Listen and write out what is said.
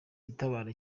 itabara